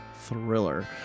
Thriller